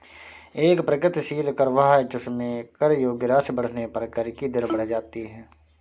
एक प्रगतिशील कर वह है जिसमें कर योग्य राशि बढ़ने पर कर की दर बढ़ जाती है